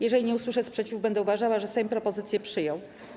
Jeżeli nie usłyszę sprzeciwu, będę uważała, że Sejm propozycję przyjął.